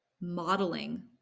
modeling